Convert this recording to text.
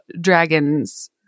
dragons